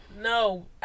No